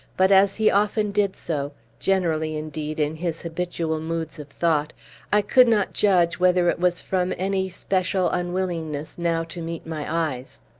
but, as he often did so generally, indeed, in his habitual moods of thought i could not judge whether it was from any special unwillingness now to meet my eyes.